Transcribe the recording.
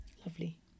Lovely